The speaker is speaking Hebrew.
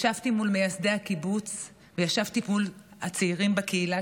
ישבתי מול מייסדי הקיבוץ וישבתי מול הצעירים בקהילה,